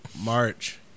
March